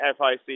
FIC